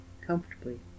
comfortably